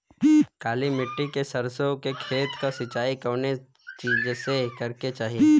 काली मिट्टी के सरसों के खेत क सिंचाई कवने चीज़से करेके चाही?